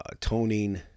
toning